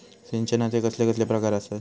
सिंचनाचे कसले कसले प्रकार आसत?